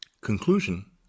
conclusion